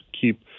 keep